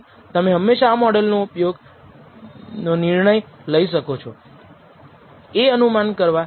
તમે હંમેશા આ મોડલ ના ઉપયોગ નો નિર્ણય લઈ શકો છો એ અનુમાન કરવા કે x આપે છે y અથવા y આપે છે x